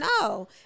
No